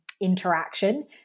interaction